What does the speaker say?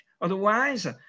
Otherwise